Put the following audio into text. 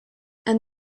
and